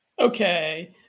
Okay